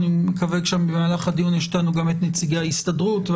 אנחנו נשמע אותם וגם את נציגי ההסתדרות.